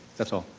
that's all.